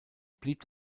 blieb